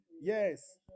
Yes